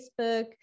Facebook